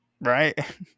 right